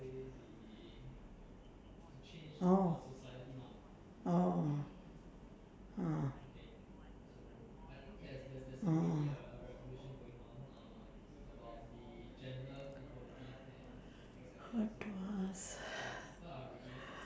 what to ask